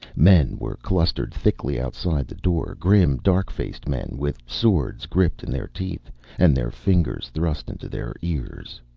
men were clustered thickly outside the door grim, dark-faced men with swords gripped in their teeth and their fingers thrust into their ears.